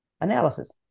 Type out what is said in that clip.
Analysis